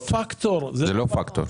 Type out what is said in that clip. זה לא פקטור.